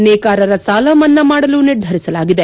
ನೇಕಾರರ ಸಾಲ ಮನ್ನಾ ಮಾಡಲು ನಿರ್ಧರಿಸಲಾಗಿದೆ